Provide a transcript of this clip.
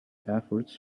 efforts